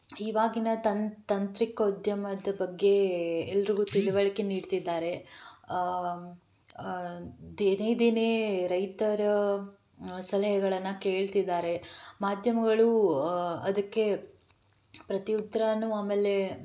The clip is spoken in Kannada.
ಇವಾಗಿನ ತಂತ ತಾಂತ್ರಿಕೋದ್ಯಮದ ಬಗ್ಗೆ ಎಲ್ಲರಿಗು ತಿಳ್ವಳಿಕೆ ನೀಡ್ತಿದ್ದಾರೆ ದಿನೇ ದಿನೇ ರೈತರ ಸಲಹೆಗಳನ್ನು ಕೇಳ್ತಿದ್ದಾರೆ ಮಾಧ್ಯಮಗಳು ಅದಕ್ಕೆ ಪ್ರತಿ ಉತ್ತರವು ಆಮೇಲೆ